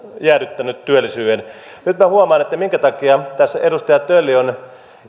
jäädyttänyt työllisyyden nyt minä huomaan minkä takia tässä edustaja tölli on